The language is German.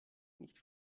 nicht